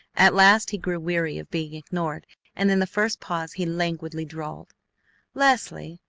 at last he grew weary of being ignored and in the first pause he languidly drawled leslie,